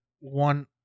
one